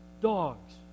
dogs